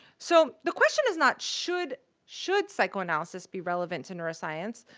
so, the question is not, should should psychoanalysis be relevant to neuroscience.